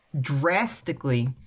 drastically